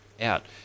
out